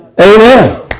Amen